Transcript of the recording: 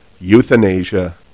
Euthanasia